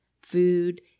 food